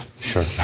sure